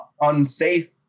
unsafe